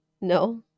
no